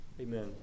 Amen